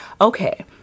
Okay